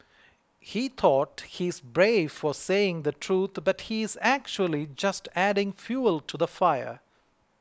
he thought he's brave for saying the truth but he is actually just adding fuel to the fire